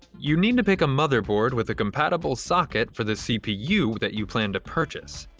you need to pick a motherboard with a compatible socket for the cpu that you plan to purchase.